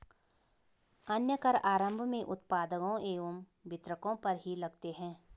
अन्य कर आरम्भ में उत्पादकों एवं वितरकों पर ही लगते हैं